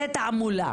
זה תעמולה,